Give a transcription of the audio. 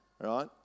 right